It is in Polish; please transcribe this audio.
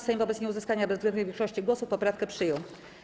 Sejm wobec nieuzyskania bezwzględnej większości głosów poprawkę przyjął.